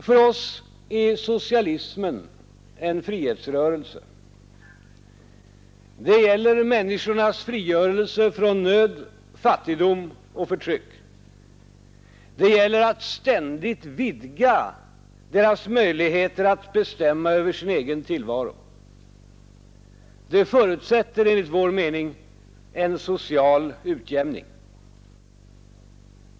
För oss är socialismen en frihetsrörelse. Det gäller människornas frigörelse från nöd, fattigdom och förtryck. Det gäller att ständigt vidga deras möjligheter att bestämma över sin egen tillvaro. Det förutsätter enligt vår mening en social utjämning.